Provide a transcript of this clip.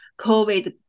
COVID